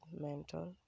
mental